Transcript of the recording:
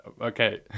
Okay